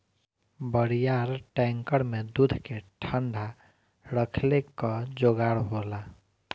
बड़ियार टैंकर में दूध के ठंडा रखले क जोगाड़ होला